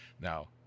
Now